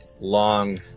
long